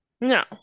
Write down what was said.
No